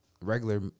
regular